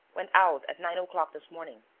went out at nine o'clock this morning.